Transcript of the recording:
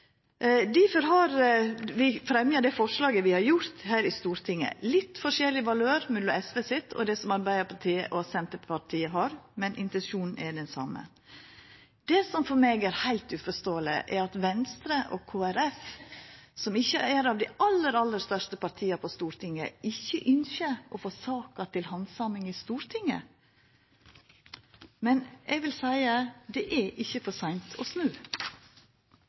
Difor har vi fremja det forslaget vi har gjort her i Stortinget. Det er litt forskjell i valør mellom forslaget til SV og det som Arbeidarpartiet og Senterpartiet har, men intensjonen er den same. Det som for meg er heilt uforståeleg, er at Venstre og Kristeleg Folkeparti – som ikkje er av dei aller, aller største partia på Stortinget – ikkje ynskjer å få saka til handsaming i Stortinget. Men eg vil seia: Det er ikkje for seint å snu.